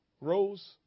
rose